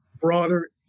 broader